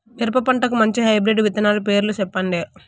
మిరప పంటకు మంచి హైబ్రిడ్ విత్తనాలు పేర్లు సెప్పండి?